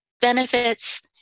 benefits